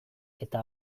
eta